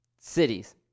cities